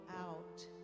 out